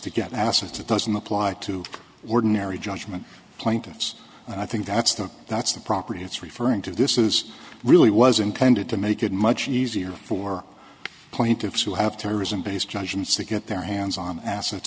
get assets it doesn't apply to ordinary judgment plaintiffs and i think that's the that's the property it's referring to this is really was intended to make it much easier for the plaintiffs who have terrorism based judgments to get their hands on assets